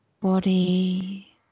body